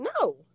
No